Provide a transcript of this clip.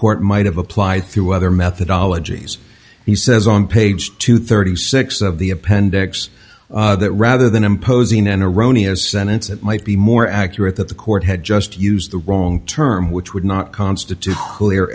court might have applied through other methodology he says on page two thirty six of the appendix that rather than imposing an erroneous sentence it might be more accurate that the court had just used the wrong term which would not constitute